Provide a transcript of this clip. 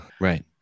right